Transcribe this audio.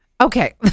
okay